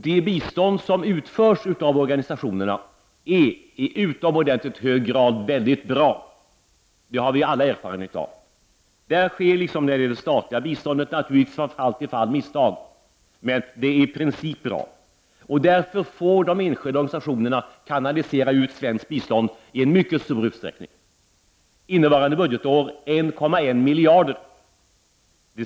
Det bistånd som utförs i organisationerna är väldigt bra. Det har vi alla erfarenhet av. Där sker, liksom när det gäller det statliga biståndet, naturligtvis misstag ibland; men det är i princip bra. Därför får de enskilda organisationerna kanalisera ut svenskt bistånd i mycket stor utsträckning. Innevarande budgetår rör det sig om 1,1 miljarder kronor.